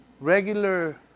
regular